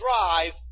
drive